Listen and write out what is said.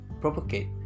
propagate